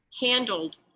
handled